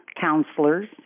counselors